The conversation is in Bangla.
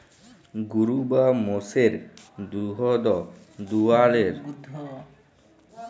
গরু বা মোষের দুহুদ দুয়ালর পর সেগুলাকে বেশির ভাগই বাজার দরে বিক্কিরি ক্যরা হ্যয়